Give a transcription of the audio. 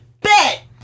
bet